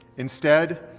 instead,